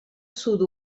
sud